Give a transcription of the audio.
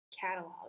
catalog